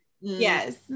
Yes